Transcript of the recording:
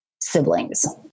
siblings